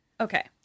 Okay